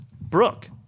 Brooke